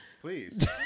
Please